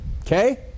Okay